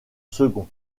second